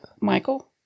Michael